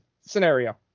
scenario